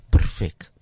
Perfect